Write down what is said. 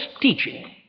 teaching